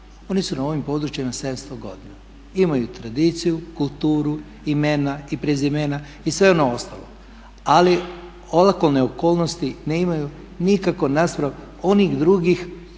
oni su na ovim područjima 700 godina, imaju tradiciju, kulturu, imena i prezimena, i sve ono ostalo ali olakotne okolnosti nemaju nikako naspram onih drugih